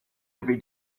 every